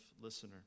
listener